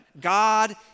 God